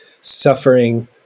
suffering